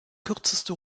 kürzeste